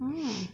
orh